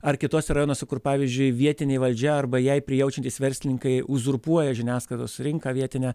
ar kituose rajonuose kur pavyzdžiui vietinė valdžia arba jai prijaučiantys verslininkai uzurpuoja žiniasklaidos rinką vietinę